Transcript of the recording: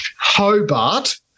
Hobart